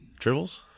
Tribbles